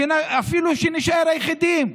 אפילו שנישאר היחידים.